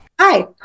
Hi